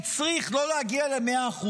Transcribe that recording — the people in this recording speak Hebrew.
הצריך לא להגיע ל-100%.